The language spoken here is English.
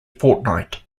fortnight